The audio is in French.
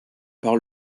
par